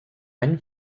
any